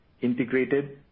integrated